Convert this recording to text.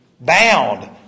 bound